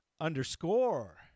underscore